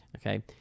Okay